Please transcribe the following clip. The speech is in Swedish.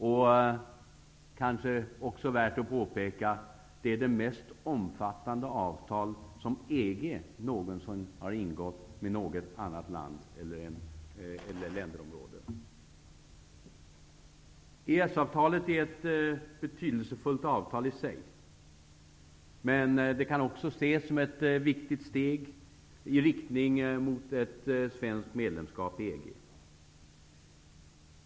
Det är kanske också värt att påpeka att det är det mest omfattande avtal som EG någonsin har ingått med något annat land eller länderområde. EES-avtalet är ett betydelsefullt avtal i sig, men det kan också ses som ett viktigt steg i riktning mot svenskt medlemskap i EG.